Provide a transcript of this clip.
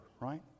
right